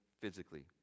physically